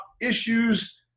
issues